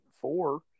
four